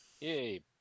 Yay